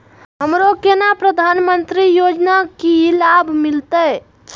हमरो केना प्रधानमंत्री योजना की लाभ मिलते?